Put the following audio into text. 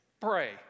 Pray